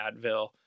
Advil